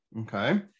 okay